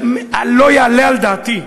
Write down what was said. לא יעלה על דעתי,